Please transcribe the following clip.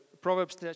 Proverbs